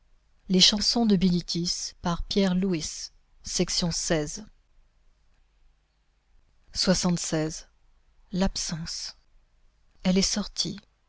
l'absence elle est sortie